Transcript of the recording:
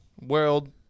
World